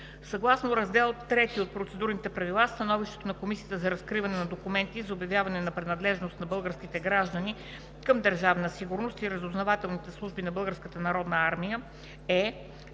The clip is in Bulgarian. Съгласно Раздел III от Процедурните правила становището на Комисията за разкриване на документите и за обявяване на принадлежност на българските граждани към държавна сигурност и разузнавателните служби на